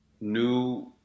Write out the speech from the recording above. new